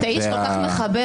אתה איש כל כך מחבר.